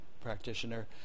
practitioner